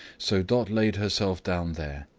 so dot laid herself down there,